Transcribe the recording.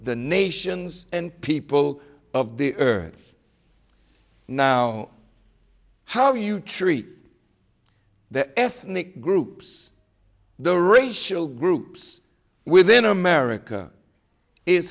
the nations and people of the earth now how you treat the ethnic groups the racial groups within america is